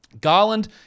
Garland